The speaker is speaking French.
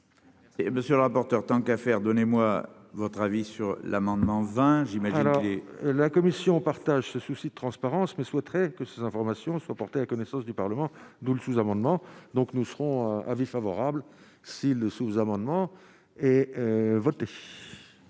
Monsieur le rapporteur, tant qu'à faire, donnez-moi votre avis sur l'amendement 20 j'imagine. La Commission partagent ce souci de transparence ne souhaiterait que ces informations soient portés à connaissance du Parlement, d'où le sous-amendement. Donc nous serons avis favorable, si le sous-amendement est voté.